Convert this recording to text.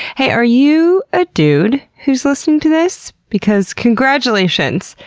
hey, are you a dude who's listening to this? because, congratulations!